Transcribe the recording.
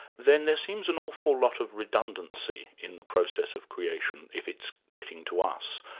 then there seems an awful lot of redundancy in the process of creation if it's getting to us.